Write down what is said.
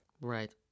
Right